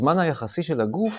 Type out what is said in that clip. הזמן היחסי של הגוף